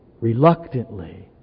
reluctantly